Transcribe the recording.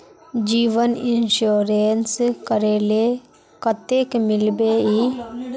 जीवन इंश्योरेंस करले कतेक मिलबे ई?